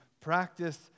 practice